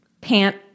pant